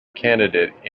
candidate